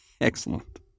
Excellent